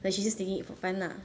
like she's just taking it for fun uh